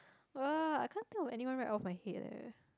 uh I can't think of anyone right off my head eh